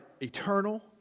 eternal